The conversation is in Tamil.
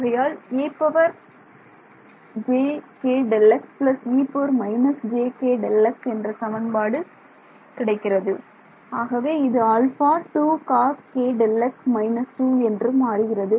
ஆகையால் என்ற சமன்பாடுகிடைக்கிறது ஆகவே இது α2 coskΔx − 2 என்று மாறுகிறது